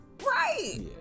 Right